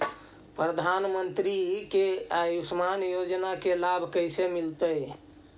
प्रधानमंत्री के आयुषमान योजना के लाभ कैसे मिलतै?